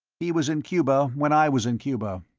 he was in cuba when i was in cuba,